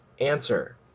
answer